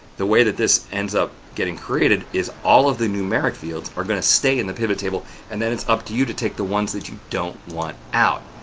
the way that this ends up getting created is all of the numeric fields are going to stay in the pivot table and then it's up to you to take the ones that you don't want out.